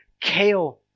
kale